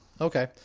Okay